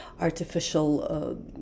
artificial